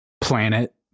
planet